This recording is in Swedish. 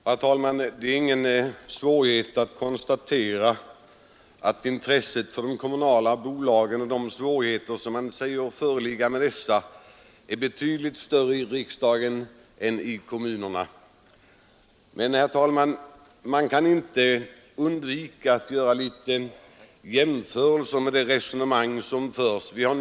Herr talman! Det är inte svårt att konstatera att intresset för de kommunala bolagen och för de svårigheter som man säger föreligger beträffande dessa är betydligt större i riksdagen än i kommunerna. Men, herr talman, man kan inte underlåta att göra en jämförelse mellan de resonemang som förs i olika frågor.